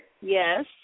Yes